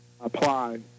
apply